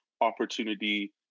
opportunity